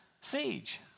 siege